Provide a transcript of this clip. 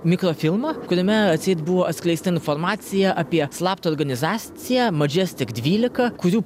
mikrofilmą kuriame atseit buvo atskleista informacija apie slaptą organizaciją madžestik dvylika kurių